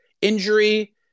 injury